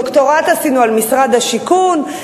דוקטורט עשינו על משרד השיכון,